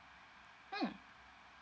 mm